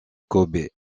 kobe